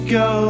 go